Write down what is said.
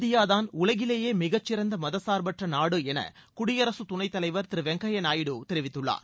இந்தியாதான் உலகிலேயே மிகச்சிறந்த மதச்சார்பற்ற நாடு என குடியரசு துணைத்தலைவர் திரு வெங்கையா நாயுடு தெரிவித்துள்ளார்